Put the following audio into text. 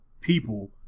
people